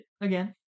again